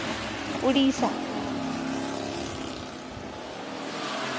Orissa